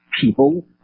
people